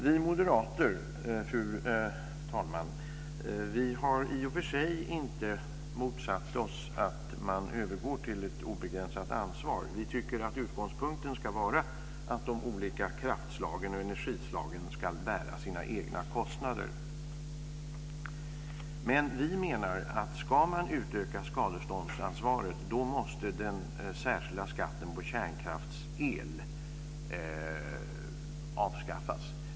Vi moderater har i och för sig inte motsatt oss att man övergår till ett obegränsat ansvar. Vi tycker att utgångspunkten ska vara att de olika kraftslagen och energislagen ska bära sina egna kostnader. Men ska man utöka skadeståndsansvaret måste den särskilda skatten på kärnkraftsel avskaffas.